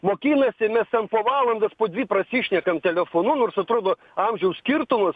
mokinasi mes ten po valandas po dvi prasišnekam telefonu nors atrodo amžiaus skirtumas